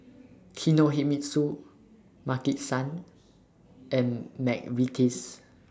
Kinohimitsu Maki San and Mcvitie's